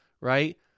right